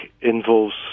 involves